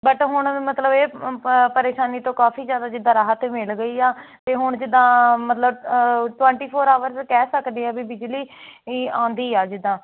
but ਹੁਣ ਮਤਲਬ ਇਹ ਪ੍ਰੇਸ਼ਾਨੀ ਤੋਂ ਕਾਫ਼ੀ ਜ਼ਿਆਦਾ ਜਿੱਦਾਂ ਰਾਹਤ ਮਿਲ ਗਈ ਆ ਅਤੇ ਹੁਣ ਜਿੱਦਾਂ ਮਤਲਬ ਟਵੈਂਟੀ ਫੋਰ ਆਵਰਸ ਕਹਿ ਸਕਦੇ ਹਾਂ ਵੀ ਬਿਜਲੀ ਈਂ ਆਉਂਦੀ ਆ ਜਿੱਦਾਂ